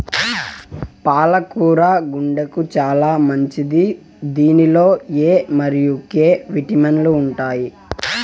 పాల కూర గుండెకు చానా మంచిది దీనిలో ఎ మరియు కే విటమిన్లు ఉంటాయి